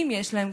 אם יש להם,